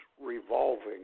revolving